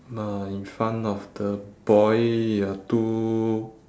uh in front of the boy are two